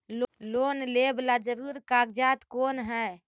Loan लेब ला जरूरी कागजात कोन है?